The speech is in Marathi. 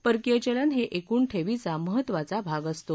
परकीय चलन हे क्रिण ठेवीचा महत्त्वाचा भाग असतो